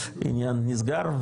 כבר העניין נסגר,